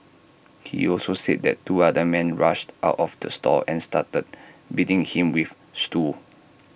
he also said that two other men rushed out of the store and started beating him with stools